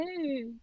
hey